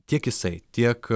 tiek jisai tiek